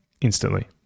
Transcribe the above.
instantly